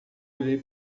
olhei